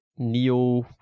neo